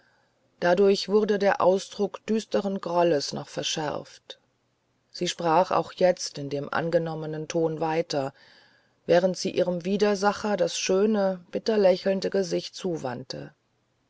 dadurch wurde der ausdruck düsteren grolles noch verschärft sie sprach auch jetzt in dem angenommenen ton weiter während sie ihrem widersacher das schöne bitterlächelnde gesicht zuwandte